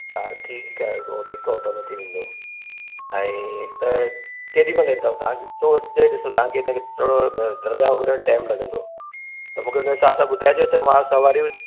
चार ठीकु आहे पोइ हिकु ऑटो में थी वेंदो ऐं त केॾीमहिल ईंदव तव्हां छो ॾिसो तव्हां खे छा दरगाह वग़ैरह में टाईम लॻंदो उन जे हिसाब सां ॿुधाइजो त मां सवारी